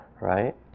right